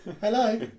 hello